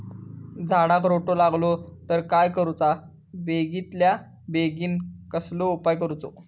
झाडाक रोटो लागलो तर काय करुचा बेगितल्या बेगीन कसलो उपाय करूचो?